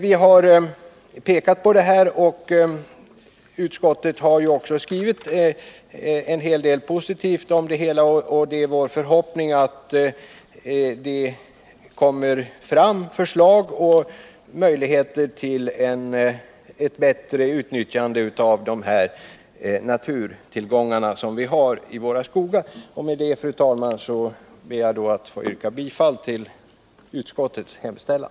Vi har i motionen pekat på detta, och utskottet har också skrivit en hel del positivt om det hela. Det är vår förhoppning att det kommer fram förslag som ger möjligheter till ett bättre utnyttjande av dessa naturtillgångar, som finns i våra skogar. Med det anförda, fru talman, ber jag att få yrka bifall till utskottets hemställan.